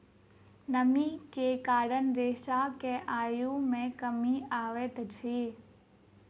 नमी के कारण रेशा के आयु मे कमी अबैत अछि